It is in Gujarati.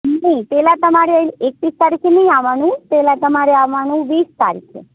નહીં પહેલાં તમારે એકવીસ તારીખે નહીં આવવાનું પહેલાં તમારે આવવાનું વીસ તારીખે